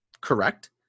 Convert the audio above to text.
Correct